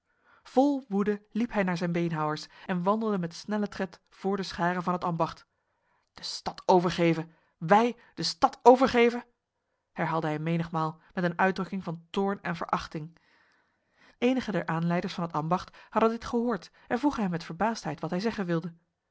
vol woede liep hij naar zijn beenhouwers en wandelde met snelle tred voor de scharen van het ambacht de stad overgeven wij de stad overgeven herhaalde hij menigmaal met een uitdrukking van toorn en verachting enige der aanleiders van het ambacht hadden dit gehoord en vroegen hem met verbaasdheid wat hij zeggen wilde